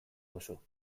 duzu